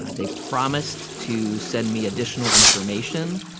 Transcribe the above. they promised to send me additional information.